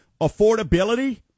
affordability